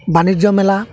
বাণিজ্য মেলা